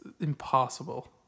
Impossible